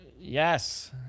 Yes